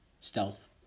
Stealth